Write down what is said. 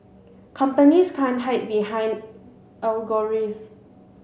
companies can't hide behind algorithms